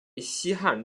西汉